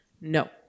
No